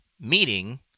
meeting